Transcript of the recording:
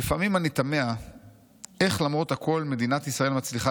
"לפעמים אני תמה איך למרות הכול מדינת ישראל מצליחה